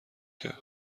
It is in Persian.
کرد